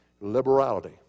liberality